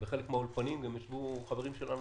בחלק מן האולפנים גם ישבו חברים שלנו.